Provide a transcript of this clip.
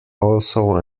also